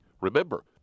Remember